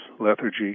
lethargy